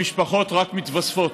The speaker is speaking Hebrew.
המשפחות רק מתווספות.